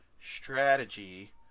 strategy